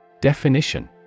Definition